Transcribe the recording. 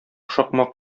шакмак